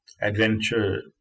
adventure